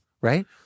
right